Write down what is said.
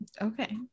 Okay